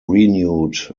renewed